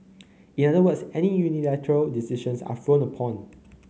in other words any unilateral decisions are frowned upon